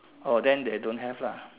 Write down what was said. oh then I don't have lah